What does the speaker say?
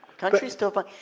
country's still fine.